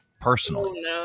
personally